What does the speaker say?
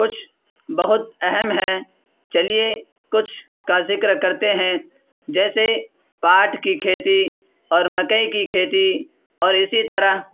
کچھ بہت اہم ہیں چلیے کچھ کا ذکر کرتے ہیں جیسے پاٹ کی کھیتی اور مکئی کی کھیتی اور اسی طرح